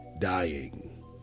dying